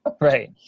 Right